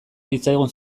zitzaigun